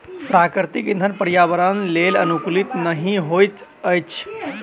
प्राकृतिक इंधन पर्यावरणक लेल अनुकूल नहि होइत अछि